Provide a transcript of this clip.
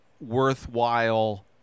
worthwhile